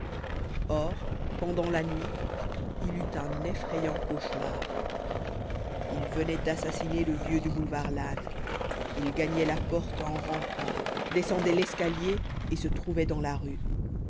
or pendant la nuit il eut un effrayant cauchemar il venait d'assassiner le vieux du boulevard lannes il gagnait la porte en rampant descendait l'escalier et se trouvait dans la rue